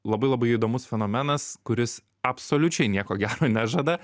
labai labai įdomus fenomenas kuris absoliučiai nieko gero nežada